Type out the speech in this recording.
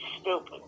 Stupid